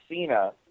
Cena